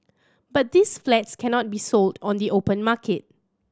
but these flats cannot be sold on the open market